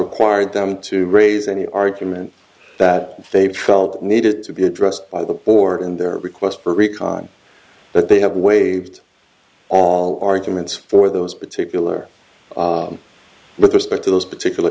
required them to raise any argument that they felt needed to be addressed by the board in their request for recon but they have waived all arguments for those particular with respect to those particular